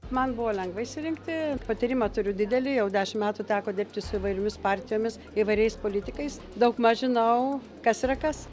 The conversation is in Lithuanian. man buvo lengva išsirinkti patyrimą turiu didelį jau dešimt metų teko dirbti su įvairiomis partijomis įvairiais politikais daugmaž žinau kas yra kas